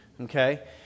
okay